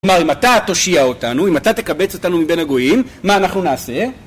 כלומר, אם אתה תושיע אותנו, אם אתה תקבץ אותנו מבין הגויים, מה אנחנו נעשה?